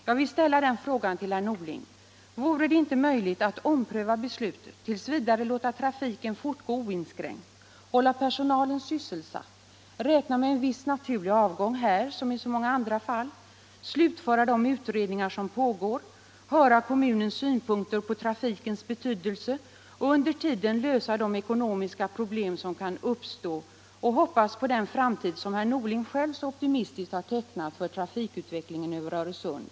Jag vill ställa frågan till herr Norling: Vore det inte möjligt att ompröva beslutet, tills vidare låta trafiken fortgå oinskränkt, hålla personalen sysselsatt, räkna med en viss naturlig avgång här som i så många andra fall, slutföra de utredningar som pågår, höra kommunens synpunkter på trafikens betydelse och under tiden lösa de ekonomiska problem som kan uppstå och hoppas på den framtid som herr Norling själv så optimistiskt har tecknat för trafikutvecklingen över Öresund?